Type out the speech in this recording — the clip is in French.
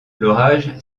l’orage